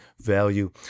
value